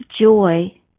joy